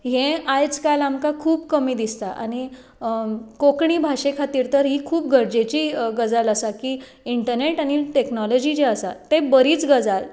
हें आयज काल आमकां खूब कमी दिसता आनी कोंकणी भाशे खातीर तर ही खूब गरजेची गजाल आसा की इंटरनेट आनी टेक्नोलोजी जी आसा तें बरीच गजाल